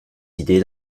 idées